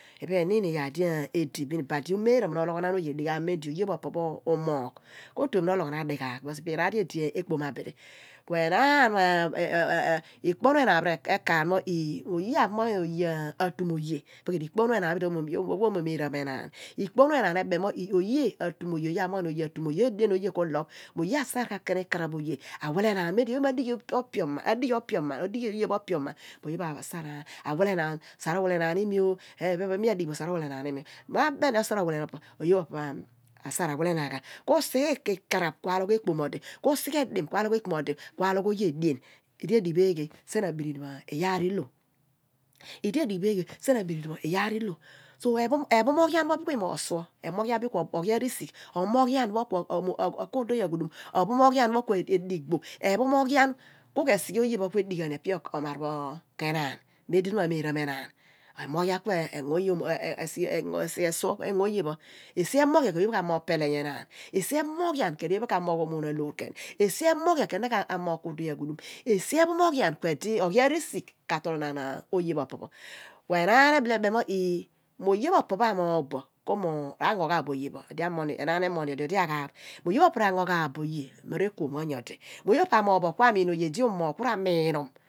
mem mo iduon mi emi tiani abirini pho oniin ma mi umaar bo inmi ku miamitian bo abirini pho ibam anmuuny ka memdi mi aghoom iduon ki aru amigh omiinogh araar di mem mo eku bo ephomoghian irol igey di mi aleghani meh phomoqhiam ra muuboph irobi igey kuala mo awe abune obem bo ma buna omarabura enaan pho umoqhen ephomoghian onin aturu onin ku dio pho rodon ka mem ibano anumuuny ami mi umuiani ephomoghian pho epe pho mu sien adio rodon mo ma ru bo abi ukih pho phon mi abile atu miin raar di idighi num araar pho kue enraiayogh ephomoghian no mum oomo araar di ikpeanam ikurapho edighinum araar oye omogh mun ome omoghruuu me ologhonaan oye dighaagh epel ipe abidi bin ku imih ni ri doh kiro kiro oomo ikaraph edighinum araar etu sien amam buue amuen pho awe muuh ghyogha bo ibadi awe ro mughayoghan bo iduo pho, bunin areezegh ku reiigeaham bunin ikaraph awe abirini pho ku phogh ekaraph ikpo bin kuo otoph ologh loor oye bin ku egno ezeqh ku bhua pa ezeqh pho epe pho bin di ahia duugh abunin awe odighi we obem ma buno kio/tue ologhomaan oye diqhaaqh ma mem ma muen pho bidi oqhiami ephen abidi mo oloqhoriaan adiqhaagh orol ku edighi di erol dadi dio rodon miniquenum imi ku mi aki loqhanaan oye dighaagh abunin awe obile omogh kuemi idi ro kaagh ghan mo siqhe ikpoki di mi amoqh ku mi aqhi oloqhonaan oye diqhaagh meh eeni okaraph oye ka siqhe adighinum nyadi idi inighe